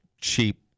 cheap